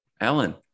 alan